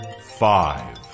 five